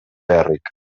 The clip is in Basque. beharrik